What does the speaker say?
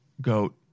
goat